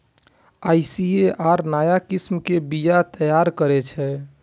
ICAR नया किस्म के बीया तैयार करै छै